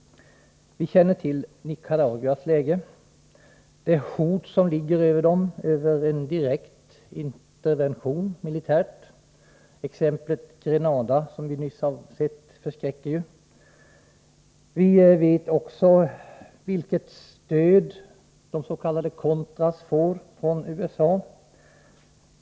Vi känner till läget i Nicaragua. Landet hotas av en direkt militär intervention. Exemplet Grenada förskräcker. Vidare känner vi till vilket stöd de s.k. contras får från USA.